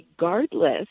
regardless